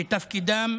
ותפקידו הוא